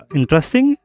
interesting